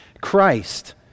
Christ